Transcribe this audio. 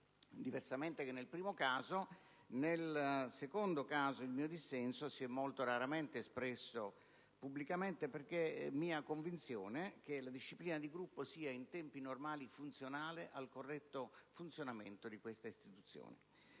Diversamente che nel primo caso, nel secondo il mio dissenso si è espresso molto raramente in modo pubblico, perché è mia convinzione che la disciplina di Gruppo sia in tempi normali funzionale al corretto funzionamento di questa istituzione.